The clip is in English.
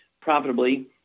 profitably